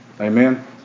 Amen